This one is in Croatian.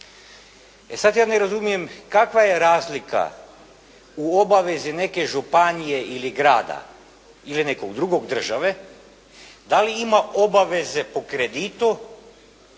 E sad ja ne razumijem kakva je razlika u obavezi neke županije ili grada ili nekog drugog – države, da li ima obaveze po kreditu